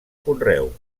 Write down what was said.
conreu